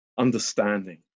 Understanding